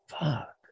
fuck